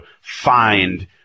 find